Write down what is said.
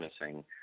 missing